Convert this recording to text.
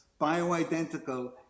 bioidentical